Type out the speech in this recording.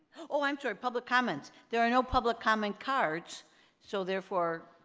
oh, i'm sorry! public comments. there are no public comment cards so, therefore,